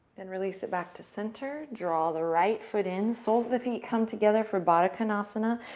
and release it back to center. draw the right foot in, soles of the feet come together for baddha konasana.